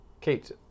Kate